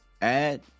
add